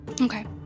Okay